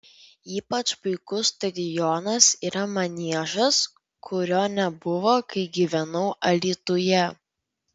ypač puikus stadionas yra maniežas kurio nebuvo kai gyvenau alytuje